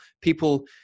People